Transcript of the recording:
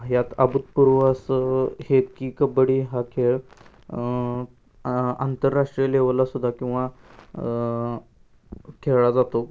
ह्यात अभूतपूर्व असं हे की कबड्डी हा खेळ आं आंतरराष्ट्रीय लेवलासुद्धा किंवा खेळला जातो